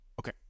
Okay